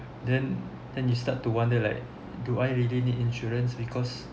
then then you start to wonder like do I really need insurance because